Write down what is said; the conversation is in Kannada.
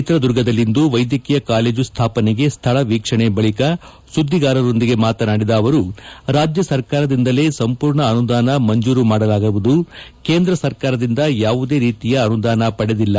ಚಿತ್ರದುರ್ಗದಲ್ಲಿಂದು ವೈದ್ಯಕೀಯ ಕಾಲೇಜು ಸ್ವಾಪನೆಗೆ ಸ್ಥಳ ವೀಕ್ಷಣೆ ಬಳಿಕ ಸುದ್ದಿಗಾರರೊಂದಿಗೆ ಮಾತನಾದಿದ ಅವರು ರಾಜ್ಯ ಸರ್ಕಾರದಿಂದಲೇ ಸಂಪೂರ್ಣ ಅನುದಾನ ಮಂಜೂರು ಮಾಡಲಿದೆ ಕೇಂದ್ರ ಸರ್ಕಾರದಿಂದ ಯಾವುದೇ ರೀತಿಯ ಅನುದಾನ ಪಡೆದಿಲ್ಲ